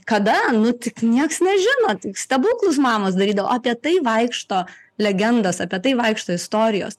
kada nu taigi nieks nežino taigi stebuklus mamos darydavo apie tai vaikšto legendos apie tai vaikšto istorijos